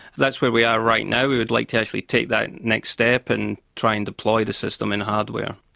that's where we are right now, we would like to actually take that next step and try and deploy the system in hardware.